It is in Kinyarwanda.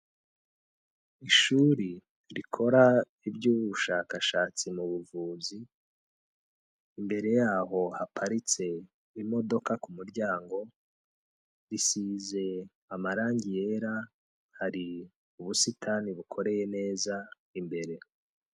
Ishuri rikora iby'ubushakashatsi mu buvuzi, imbere yaho haparitse imodoka ku muryango, risize amarangi yera, hari ubusitani bukoreye neza imbere.